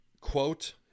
Quote